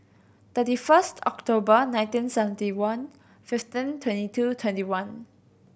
thirty first October nineteen seventy one fifteen twenty two twenty one